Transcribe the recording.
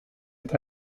eta